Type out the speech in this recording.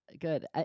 good